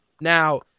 Now